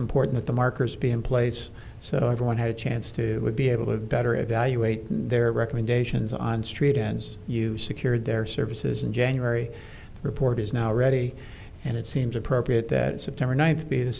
important that the markers be in place so everyone had a chance to be able to better evaluate their recommendations on st annes you secured their services in january report is now ready and it seems appropriate that september ninth be the